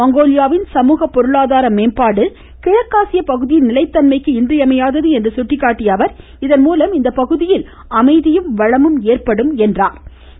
மங்கோலியாவின் சமூக பொருளாதார மேம்பாடு கிழக்காசிய பகுதியின் நிலைத்தன்மைக்கு இன்றியமையாதது என்று சுட்டிக்காட்டிய அவர் இதன்மூலம் இந்த பகுதியில் அமைதியும் வளமும் ஏற்படும் என்றார்